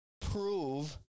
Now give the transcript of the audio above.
Prove